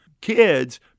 kids